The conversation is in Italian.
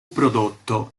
prodotto